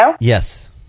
Yes